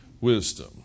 wisdom